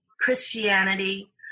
Christianity